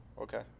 okay